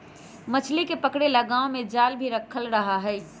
मछली के पकड़े ला गांव में जाल भी रखल रहा हई